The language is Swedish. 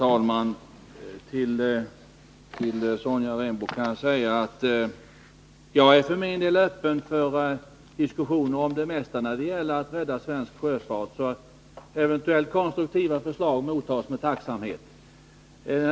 Herr talman! Jag är för min del öppen för diskussioner om det mesta när det gäller att rädda svensk sjöfart. Eventuella konstruktiva förslag mottas alltså med tacksamhet.